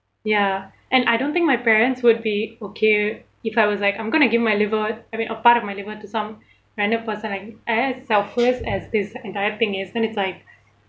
ya and I don't think my parents would be okay if I was like I'm gonna give my liver I mean a part of my liver to some random person like as selfless as this entire thing is then it's like